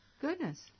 Goodness